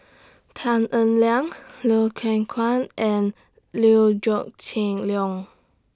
Tan Eng Liang Loy Chye Kuan and Liew Geok Chin Leong